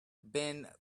been